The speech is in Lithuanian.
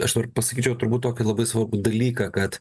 aš noriu pasakyt čia jau turbūt tokį labai svarbų dalyką kad